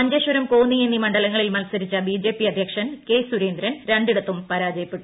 മഞ്ചേശ്വരം കോന്നി എന്നീ മണ്ഡലങ്ങളിൽ മത്സരിച്ച ബി ജെ പി അധ്യക്ഷൻ കെ സുരേന്ദ്രൻ രണ്ടിടത്തും പുരാജിയപ്പെട്ടു